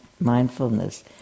mindfulness